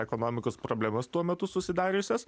ekonomikos problemas tuo metu susidariusias